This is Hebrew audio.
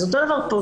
אז אותו דבר פה,